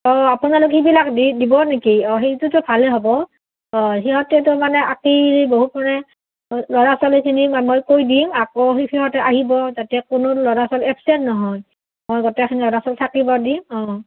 অঁ আপোনালোক সেইবিলাক দি দিব নেকি অঁ সেইটোতো ভালেই হ'ব অঁ সিহঁতেতো মানে আঁকি বহু মানে ল'ৰা ছোৱালীখিনিক মই কৈ দিম আকৌ সি সিহঁতে আহিব যাতে কোনো ল'ৰা ছোৱালী এবচেণ্ট নহয় মই গোটেইখিনি ল'ৰা ছোৱালী থাকিব দিম অঁ